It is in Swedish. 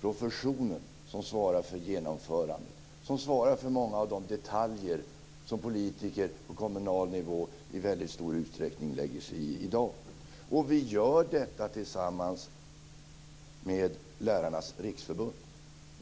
professionen, som svarar för genomförandet och för många av de detaljer som politiker på kommunal nivå i väldigt stor utsträckning i dag lägger sig i. Och vi gör detta tillsammans med Lärarnas Riksförbund.